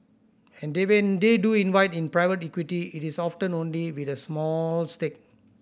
and they when they do invite in private equity it is often only with a small stake